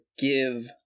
give